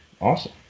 Awesome